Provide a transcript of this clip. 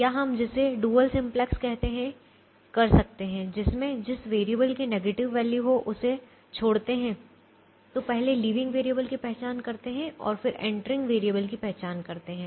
या हम जिसे डुअल सिम्पलेक्स कहते हैं कर सकते हैं जिसमें जिस वेरिएबल की नेगेटिव वैल्यू हो उसे छोड़ते हैं तो पहले लीविंग वैरिएबल की पहचान करते हैं और फिर एंट्रीग वैरिएबल की पहचान करते हैं